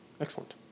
Excellent